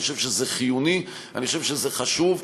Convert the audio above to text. אני חושב שזה חיוני, אני חושב שזה חשוב.